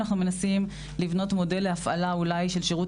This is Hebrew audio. אנחנו מנסים לבנות מודל להפעלה של שירות